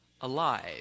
alive